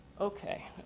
Okay